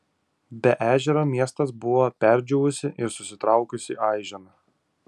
be ežero miestas buvo perdžiūvusi ir susitraukusi aižena